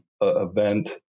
event